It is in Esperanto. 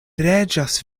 regas